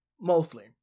mostly